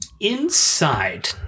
Inside